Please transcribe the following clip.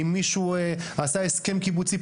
אם מישהו עשה הסכם קיבוצי,